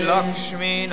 Lakshmi